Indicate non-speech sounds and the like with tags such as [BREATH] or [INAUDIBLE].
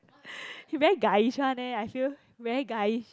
[BREATH] he very guyish one eh I feel very guyish